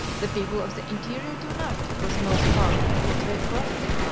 the people of the interior do not, for the most part, cultivate grain,